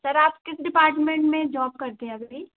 sir आप किस department में जॉब करते हैं अभी भी